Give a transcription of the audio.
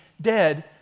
dead